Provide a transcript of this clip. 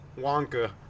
Wonka